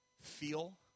feel